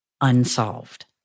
unsolved